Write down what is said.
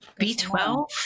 B12